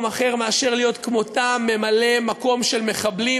אחר מאשר להיות כמותם ממלא-מקום של מחבלים,